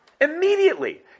Immediately